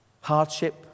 Hardship